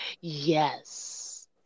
Yes